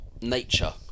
nature